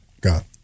God